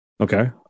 Okay